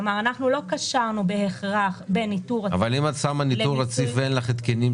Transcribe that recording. כלומר לא קשרנו בהכרח בין ניטור רציף לבין מיסוי